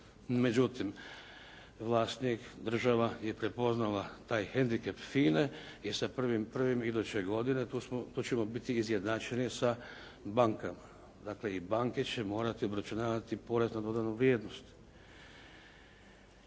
Međutim, vlasnik, država je prepoznala taj hendikep FINA-e i sa 1.1. iduće godine tu ćemo biti izjednačeni sa bankama. Dakle i banke će morati obračunavati porez na dodanu vrijednost.